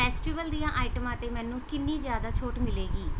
festival ਦੀਆਂ ਆਈਟਮਾਂ 'ਤੇ ਮੈਨੂੰ ਕਿੰਨੀ ਜ਼ਿਆਦਾ ਛੋਟ ਮਿਲੇਗੀ